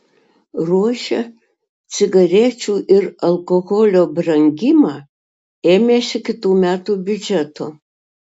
ruošia cigarečių ir alkoholio brangimą ėmėsi kitų metų biudžeto